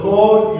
Lord